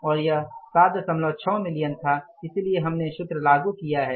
और यह 76 मिलियन था इसलिए हमने सूत्र लागू किया है